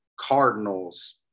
cardinals